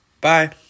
Bye